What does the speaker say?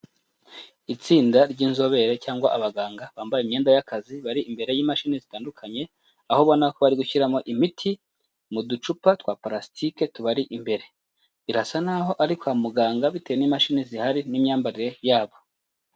Itsinda ry'inzobere cyangwa abaganga bambaye imyenda y'akazi bari imbere y'imashini zitandukanye, aho ubona ko bari gushyiramo imiti mu ducupa twa purasitike tubari imbere. Birasa naho ari kwa muganga bitewe n'imashini zihari n'imyambarire yabo.